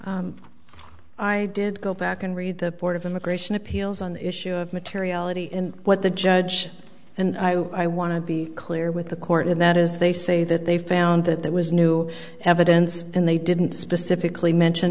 jim i did go back and read the board of immigration appeals on the issue of materiality in what the judge and i want to be clear with the court and that is they say that they found that there was new evidence and they didn't specifically mention